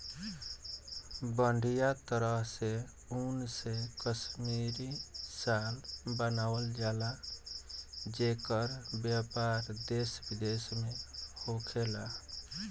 बढ़िया तरह के ऊन से कश्मीरी शाल बनावल जला जेकर व्यापार देश विदेश में होखेला